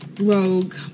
rogue